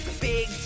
Big